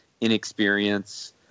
inexperience